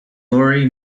lorry